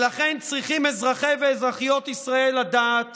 צריכים אזרחי ואזרחיות ישראל לדעת